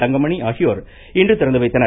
தங்மணி ஆகியோர் இன்று திறந்து வைத்தனர்